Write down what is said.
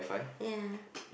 ya